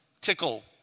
tickle